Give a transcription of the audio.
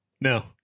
No